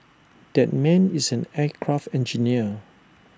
that man is an aircraft engineer